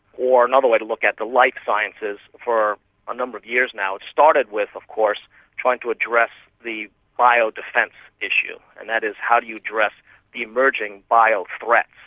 or another way to look at it, the life sciences, for a number of years now. it started with of course trying to address the bio-defence issue, and that is how do you address the emerging bio-threats,